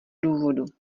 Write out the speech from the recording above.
důvodu